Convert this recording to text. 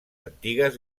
antigues